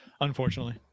unfortunately